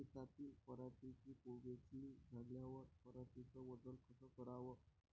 शेतातील पराटीची वेचनी झाल्यावर पराटीचं वजन कस कराव?